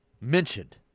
mentioned